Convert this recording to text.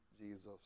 Jesus